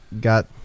got